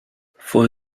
for